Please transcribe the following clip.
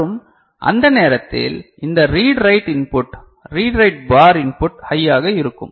மற்றும் அந்த நேரத்தில் இந்த read write input read write per input ஹையாக இருக்கும்